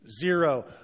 Zero